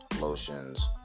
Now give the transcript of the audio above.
lotions